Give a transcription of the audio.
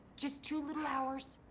just two little hours.